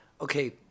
Okay